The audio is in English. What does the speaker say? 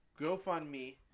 GoFundMe